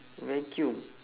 vacuum